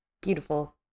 Beautiful